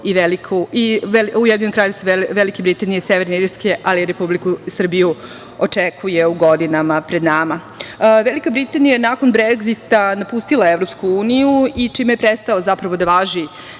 i Ujedinjeno Kraljevstvo Velike Britanije i Severne Irske, ali i Republiku Srbiju očekuje u godinama pred nama. Velika Britanija je nakon Bregzita napustila EU i čime je prestao zapravo da važi